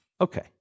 Okay